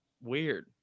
weird